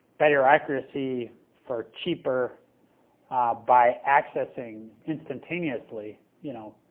better accuracy for cheaper by accessing instab tan usely, you know,